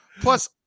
Plus